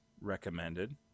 recommended